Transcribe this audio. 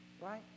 right